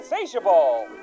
Insatiable